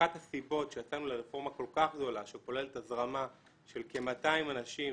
אחת הסיבות שיצאנו לרפורמה כל כך גדולה שכוללת הזרמה של כ-200 אנשים,